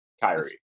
Kyrie